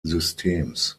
systems